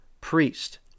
priest